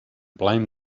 blame